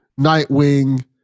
Nightwing